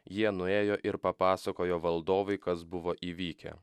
jie nuėjo ir papasakojo valdovui kas buvo įvykę